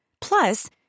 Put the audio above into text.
plus